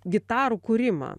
gitarų kūrimą